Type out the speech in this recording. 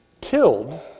killed